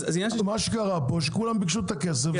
מה שקרה פה זה שכולם ביקשו את הכסף,